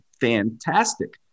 fantastic